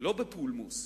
לא בפולמוס,